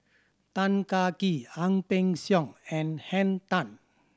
Tan Kah Kee Ang Peng Siong and Henn Tan